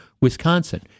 Wisconsin